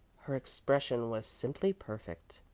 her expression was simply perfect.